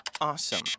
awesome